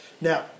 Now